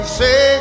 say